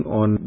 on